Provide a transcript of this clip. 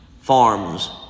farms